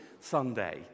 Sunday